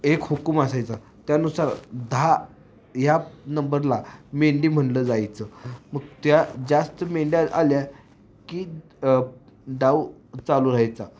एक हुकूम असायचा त्यानुसार दहा या नंबरला मेंढी म्हणलं जायचं मग त्या जास्त मेंढ्या आल्या की डाव चालू राहायचा